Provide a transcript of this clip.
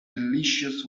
delicious